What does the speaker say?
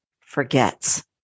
forgets